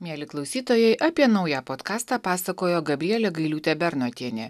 mieli klausytojai apie naują podkastą pasakojo gabrielė gailiūtė bernotienė